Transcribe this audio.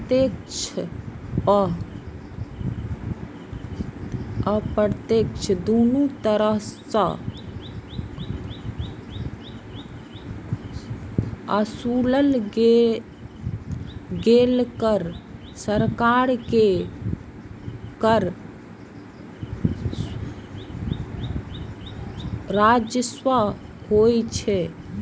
प्रत्यक्ष आ अप्रत्यक्ष, दुनू तरह सं ओसूलल गेल कर सरकार के कर राजस्व होइ छै